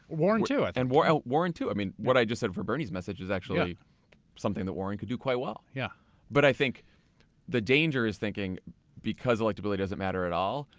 warren too. and warren warren too. i mean, what i just said for bernie's message is actually something that warren could do quite well. yeah but i think the danger is thinking because electability doesn't matter at all,